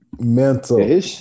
Mental